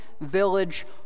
village